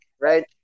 Right